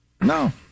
No